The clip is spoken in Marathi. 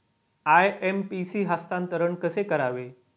आय.एम.पी.एस हस्तांतरण कसे करावे?